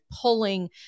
pulling